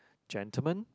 gentlemen